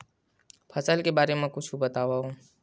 फसल के बारे मा कुछु बतावव